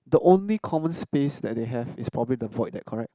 the only common space that they have is probably the void deck correct